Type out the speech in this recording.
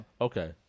Okay